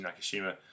Nakashima